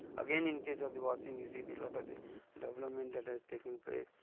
again in case of the washing you see the lot of the the development that has taken place,